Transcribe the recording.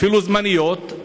אפילו זמניות,